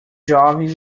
jovens